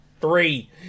Three